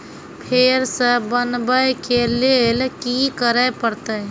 फेर सॅ बनबै के लेल की करे परतै?